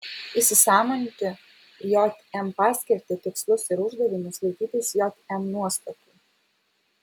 įsisąmoninti jm paskirtį tikslus ir uždavinius laikytis jm nuostatų